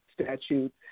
statute